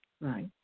Right